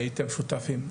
הייתם שותפים,